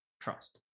trust